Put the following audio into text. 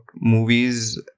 movies